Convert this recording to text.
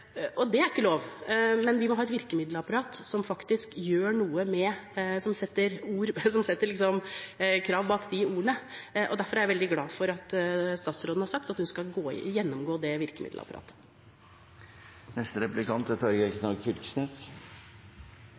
og det er ikke lov. Men vi må ha et virkemiddelapparat som faktisk setter krav bak ordene, og derfor er jeg veldig glad for at statsråden har sagt at hun skal gjennomgå det virkemiddelapparatet. Eg ønskjer å stille eit – i motsetnad til den førre replikanten – veldig lukka spørsmål, eit veldig konkret spørsmål. Det er